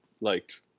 liked